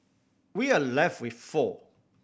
we are left with four